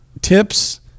Tips